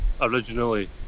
originally